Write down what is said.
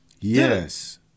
Yes